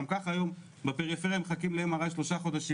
גם ככה היום בפריפריה מחכים ל-MRI שלושה חודשים,